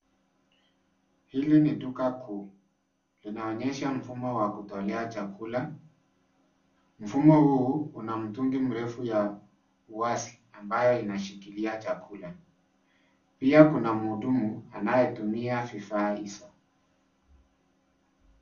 Hili ni duka kuu, linaonyesha mfumo wa kutolea chakula. Mfumo huu unamtungi mrefu ya wazi ambayo inashikilia chakula. Pia kuna muhudumu anayetumia vifaa hizo.